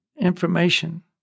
information